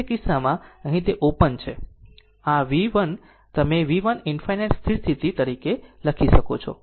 તેથી તે કિસ્સામાં અહીં તે તે ઓપન છે આ V 1 તમે V 1 ∞ સ્થિર સ્થિતિ તરીકે લખી શકો છો